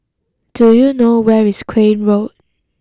do you know where is Crane Road